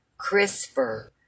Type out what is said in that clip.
CRISPR